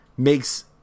makes